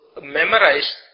memorize